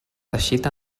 teixit